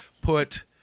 put